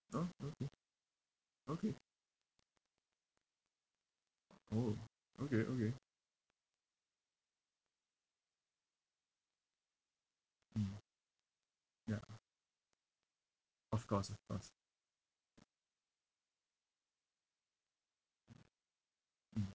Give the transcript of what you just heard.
orh nothing okay orh okay okay mm ya of course of course mm